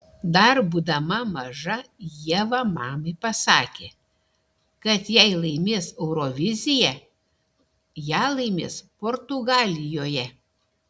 dar būdama maža ieva mamai pasakė kad jei laimės euroviziją ją laimės portugalijoje